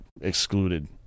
excluded